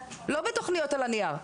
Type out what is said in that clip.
לא בתוכניות על הנייר.